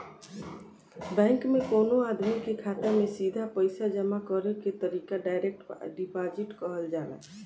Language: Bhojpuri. बैंक में कवनो आदमी के खाता में सीधा पईसा जामा करे के तरीका डायरेक्ट डिपॉजिट कहल जाला